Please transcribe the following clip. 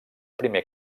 primer